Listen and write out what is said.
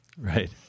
Right